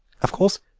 of course,